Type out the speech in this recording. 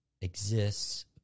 exists